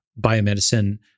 biomedicine